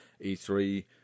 E3